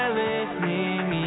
listening